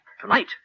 Tonight